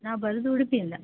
ನಾ ಬರೋದು ಉಡುಪಿಯಿಂದ